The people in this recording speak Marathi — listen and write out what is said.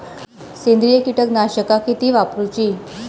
सेंद्रिय कीटकनाशका किती वापरूची?